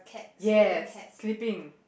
yes sleeping